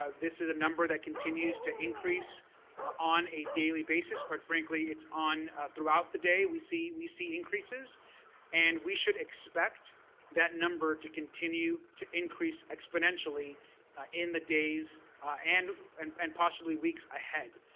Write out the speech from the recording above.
ah this is a number that continues to increase on a daily basis. quite frankly, it's throughout throughout the day we see we see increases and we should expect that number to continue to increase exponentially in the days and and and possibly weeks ahead.